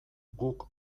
guk